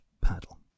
Paddle